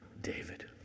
David